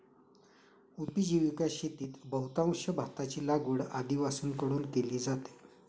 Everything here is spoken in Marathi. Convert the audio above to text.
उपजीविका शेतीत बहुतांश भाताची लागवड आदिवासींकडून केली जाते